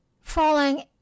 falling